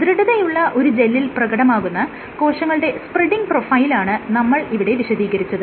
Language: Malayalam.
ദൃഢതയുള്ള ഒരു ജെല്ലിൽ പ്രകടമാകുന്ന കോശങ്ങളുടെ സ്പ്രെഡിങ് പ്രൊഫൈലാണ് നമ്മൾ ഇവിടെ വിശദീകരിച്ചത്